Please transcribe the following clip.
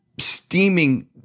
steaming